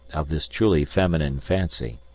of this truly feminine fancy,